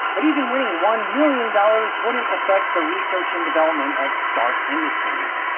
but even winning one million dollars wouldn't affect the research and development at stark industries.